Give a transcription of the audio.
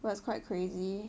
well it's quite crazy